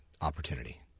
opportunity